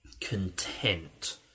content